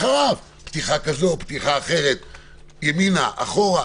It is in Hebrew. אחריו פתיחה כזו או אחרת, ימינה, אחורה,